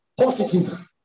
positive